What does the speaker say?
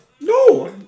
No